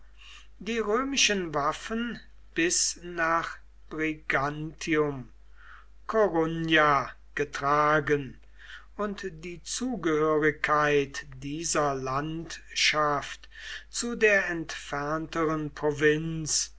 die römischen waffen bis nach brigantium corua getragen und die zugehörigkeit dieser landschaft zu der entfernteren provinz